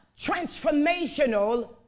transformational